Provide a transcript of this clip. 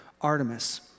Artemis